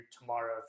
tomorrow